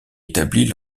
établis